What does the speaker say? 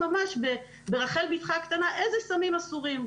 ממש ברחל בתך הקטנה אלו סמים אסורים.